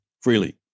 freely